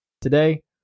today